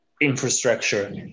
infrastructure